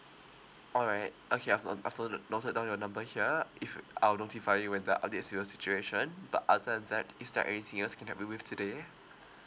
all right okay I've note I've noted noted down your number here if I'll notify you when there's update to your situation but other than that is there anything else I can help you with today